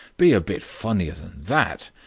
be a bit funnier than that.